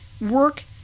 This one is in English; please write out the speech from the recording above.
work